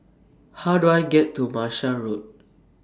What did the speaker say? How Do I get to Martia Road